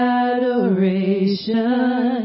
adoration